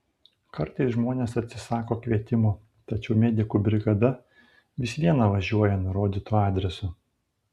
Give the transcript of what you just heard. kartais žmonės atsisako kvietimo tačiau medikų brigada vis viena važiuoja nurodytu adresu